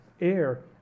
air